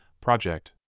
project